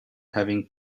having